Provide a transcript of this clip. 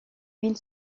huile